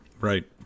right